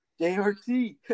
JRT